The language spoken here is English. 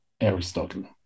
Aristotle